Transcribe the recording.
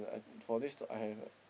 for this I have a